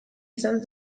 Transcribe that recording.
izan